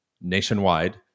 nationwide